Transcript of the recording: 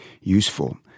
useful